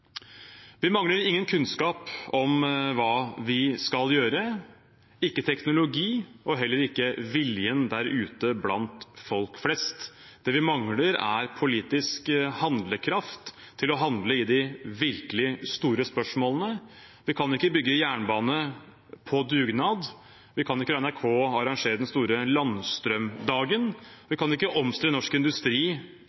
Vi mangler ikke kunnskap om hva vi skal gjøre, ikke teknologi og heller ikke vilje der ute blant folk flest. Det vi mangler, er politisk handlekraft til å handle i de virkelig store spørsmålene. Vi kan ikke bygge jernbane på dugnad, vi kan ikke la NRK arrangere den store landstrømdagen,